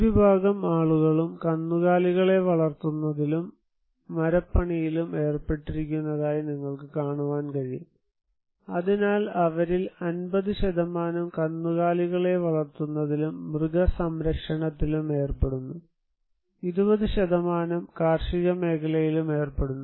ഭൂരിഭാഗം ആളുകളും കന്നുകാലികളെ വളർത്തുന്നതിലും മരപണിയിലും ഏർപ്പെട്ടിരിക്കുന്നതായി നിങ്ങൾക്ക് കാണാൻ കഴിയും അതിനാൽ അവരിൽ 50 കന്നുകാലികളെ വളർത്തുന്നതിലും മൃഗസംരക്ഷണത്തിലും ഏർപ്പെടുന്നു 20 കാർഷിക മേഖലയിലും ഏർപ്പെടുന്നു